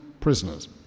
prisoners